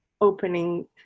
opening